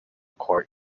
court